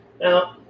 now